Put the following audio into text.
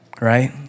right